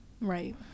Right